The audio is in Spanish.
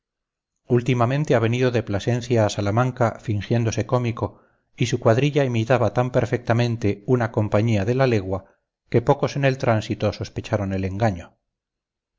últimamente ha venido de plasencia a salamanca fingiéndose cómico y su cuadrilla imitaba tan perfectamente una compañías de la legua que pocos en el tránsito sospecharon el engaño